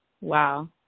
Wow